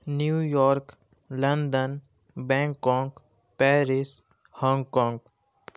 New York London Bangkok Paris Hong Kong